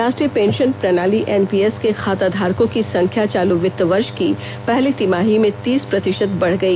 राष्ट्रीय पेंशन प्रणाली N P S के खाता धारकों की संख्या चालू वित्त वर्ष की पहली तिमाही में तीस प्रतिशत बढ गई